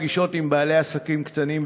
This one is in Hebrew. לאחר פגישות עם בעלי עסקים קטנים,